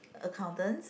accountant